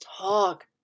talk